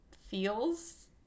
feels